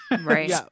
right